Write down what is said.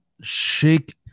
shake